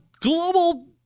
global